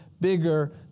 bigger